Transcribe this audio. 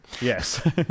Yes